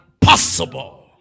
possible